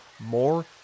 more